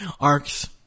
arcs